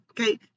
Okay